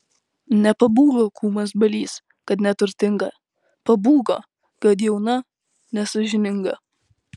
nepabūgo kūmas balys kad neturtinga pabūgo kad jauna nesąžininga